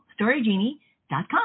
storygenie.com